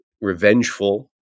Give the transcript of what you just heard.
revengeful